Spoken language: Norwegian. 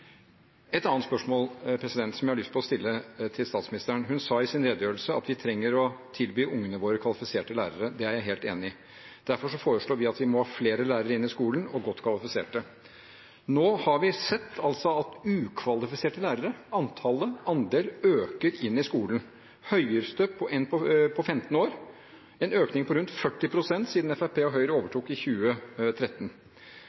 Et annet spørsmål jeg har lyst til å stille til statsministeren, er: Hun sa i sin redegjørelse at vi trenger å tilby ungene våre kvalifiserte lærere, og det er jeg helt enig i. Derfor foreslår vi at vi må ha flere og godt kvalifiserte lærere inn i skolen. Nå har vi sett at andelen ukvalifiserte lærere øker inn i skolen og er den høyeste på 15 år. Det er en økning på rundt 40 pst. siden Fremskrittspartiet og Høyre